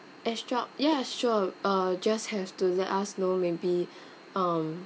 extra ya sure uh just have to let us know maybe um